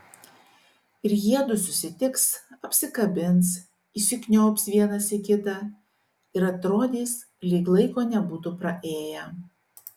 ir jiedu susitiks apsikabins įsikniaubs vienas į kitą ir atrodys lyg laiko nebūtų praėję